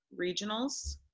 regionals